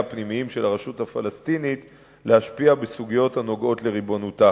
הפנימיים של הרשות הפלסטינית להשפיע בסוגיות הנוגעות לריבונותה.